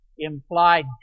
implied